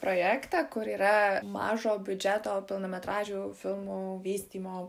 projektą kur yra mažo biudžeto pilnametražių filmų vystymo